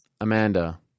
Amanda